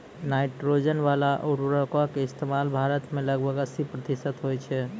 nitrogen बाला उर्वरको के इस्तेमाल भारत मे लगभग अस्सी प्रतिशत होय छै